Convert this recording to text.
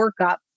workup